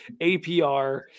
APR